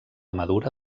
madura